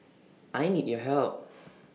I need your help